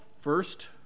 first